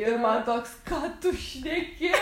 ir man toks ką tu šneki